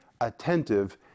attentive